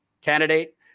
candidate